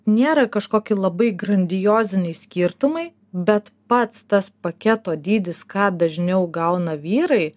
nėra kažkokie labai grandioziniai skirtumai bet pats tas paketo dydis ką dažniau gauna vyrai